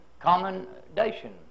commendation